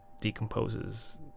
decomposes